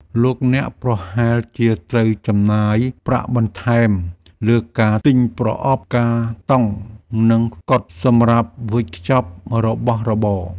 លោកអ្នកប្រហែលជាត្រូវចំណាយប្រាក់បន្ថែមលើការទិញប្រអប់កាតុងនិងស្កុតសម្រាប់វេចខ្ចប់របស់របរ។